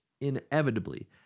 inevitably